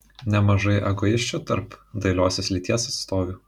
nemažai egoisčių tarp dailiosios lyties atstovių